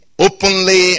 Openly